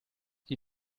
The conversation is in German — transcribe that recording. die